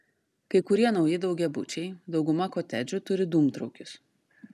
kai kurie nauji daugiabučiai dauguma kotedžų turi dūmtraukius